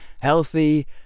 healthy